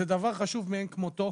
זה דבר חשוב מאין כמותו,